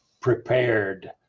prepared